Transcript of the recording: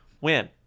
win